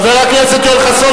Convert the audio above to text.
אינו נוכח חבר הכנסת יואל חסון,